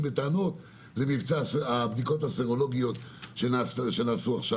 בטענות הוא מבצע הבדיקות הסרולוגיות שנעשו עכשיו.